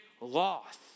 loss